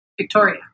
Victoria